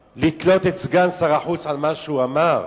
לתלות את סגן שר החוץ על מה שהוא אמר?